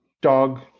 dog